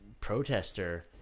protester